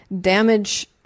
damage